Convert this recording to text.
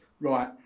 Right